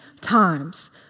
times